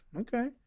Okay